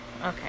Okay